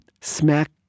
smack